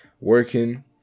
working